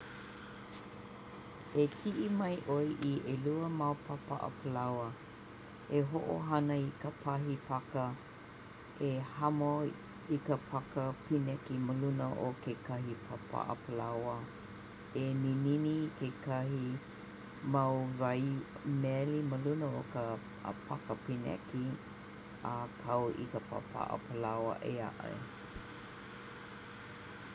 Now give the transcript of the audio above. E ki'i mai 'oe i 'elua mau pāpa'a palaoa. E ho'ohana i ka pahi paka e hamo i ka paka pineki ma luna o kekahi pāpa'a palaoa. E ninini i ke kahi mau wai meli ma luna o ka paka pineki a kau i ka pāpa'a palaoa ē a'e.